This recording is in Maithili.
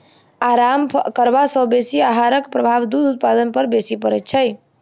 आराम करबा सॅ बेसी आहारक प्रभाव दूध उत्पादन पर बेसी पड़ैत छै